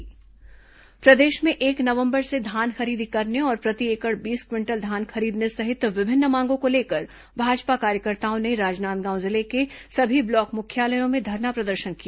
भाजपा धरना प्रदेश में एक नवंबर से धान खरीदी करने और प्रति एकड़ बीस क्विंटल धान खरीदने सहित विभिन्न मांगों को लेकर भाजपा कार्यकर्ताओं ने राजनांदगांव जिले के सभी ब्लॉक मुख्यालयों में धरना प्रदर्शन किया